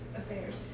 affairs